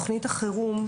תוכנית החירום,